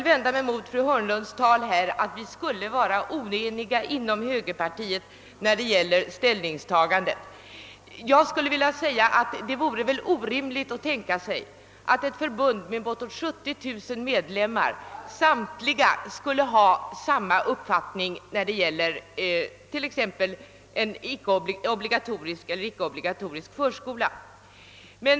Jag vänder mig mot fru Hörnlunds påstående att vi inom högerpartiet skulle vara oense när det gäller ställningstagandet i dessa frågor. Det vore väl orimligt att tänka sig att alla förbundets 70000 medlemmar skulle ha samma uppfattning i frågan om obligatorisk eller icke obligatorisk förskola.